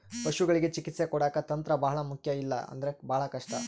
ಪಶುಗಳಿಗೆ ಚಿಕಿತ್ಸೆ ಕೊಡಾಕ ತಂತ್ರ ಬಹಳ ಮುಖ್ಯ ಇಲ್ಲ ಅಂದ್ರೆ ಬಹಳ ಕಷ್ಟ